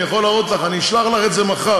אני יכול להראות לך, אשלח לך את זה מחר.